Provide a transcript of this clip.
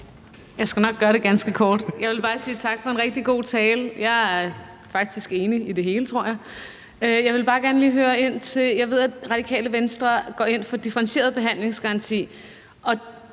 Jeg skal nok gøre det ganske kort. Jeg vil bare sige tak for en rigtig god tale. Jeg er faktisk enig i det hele, tror jeg. Jeg vil bare gerne lige høre om noget, for jeg ved, at Radikale Venstre går ind for en differentieret behandlingsgaranti.